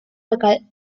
local